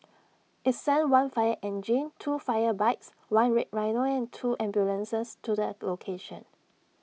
IT sent one fire engine two fire bikes one red rhino and two ambulances to the location